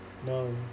No